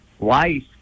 life